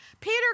Peter